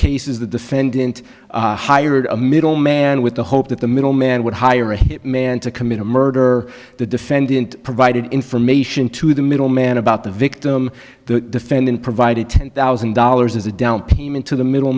cases the defendant hired a middleman with the hope that the middle man would hire a hit man to commit a murder the defendant provided information to the middleman about the victim the defendant provided ten thousand dollars as a down payment to the middle